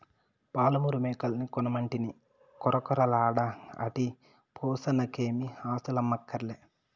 పాలమూరు మేకల్ని కొనమంటినని కొరకొరలాడ ఆటి పోసనకేమీ ఆస్థులమ్మక్కర్లే